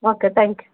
okay thank you